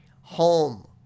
home